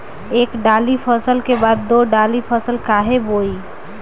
एक दाली फसल के बाद दो डाली फसल काहे बोई?